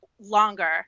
longer